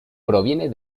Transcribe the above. proviene